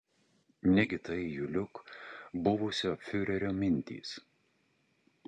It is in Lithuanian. negi tai juliuk buvusio fiurerio mintys